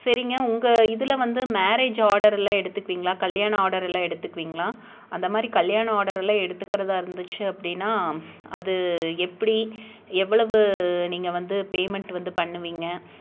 சரிங்க உங்கள் இதில் வந்து மேரேஜ் ஆர்டர் எல்லாம் எடுத்துக்குவிங்களா கல்யாண ஆர்டரெல்லாம் எடுத்துக்குவிங்களா அந்த மாதிரி கல்யாணம் ஆர்டரெல்லாம் எடுத்துக்கிறதா இருந்துச்சு அப்படின்னா அது எப்படி எவ்வளவு நீங்கள் வந்து பேமெண்ட் வந்து பண்ணுவிங்க